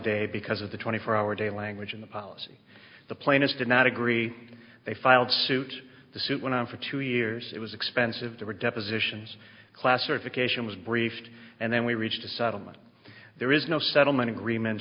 day because of the twenty four hour day language in the policy the plaintiffs did not agree they filed suit the suit went on for two years it was expensive there were depositions classification was briefed and then we reached a settlement there is no settlement agreement